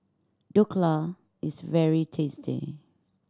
dhokla is very tasty